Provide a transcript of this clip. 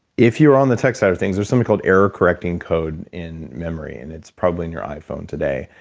if you're on the tech side of things, there's something called error correcting code in memory, and it's probably in your iphone today.